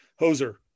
hoser